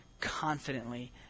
confidently